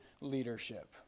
leadership